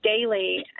daily